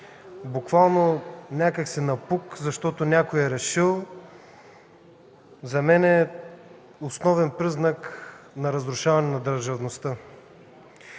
буквално някак си напук, защото някой е решил. За мен е основен признак на разрушаване на държавността.